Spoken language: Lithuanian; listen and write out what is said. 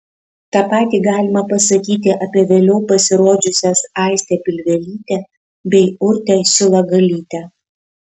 tą patį galima pasakyti apie vėliau pasirodžiusias aistę pilvelytę bei urtę šilagalytę